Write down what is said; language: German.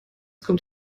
kommt